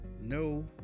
No